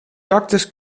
cactus